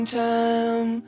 time